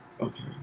okay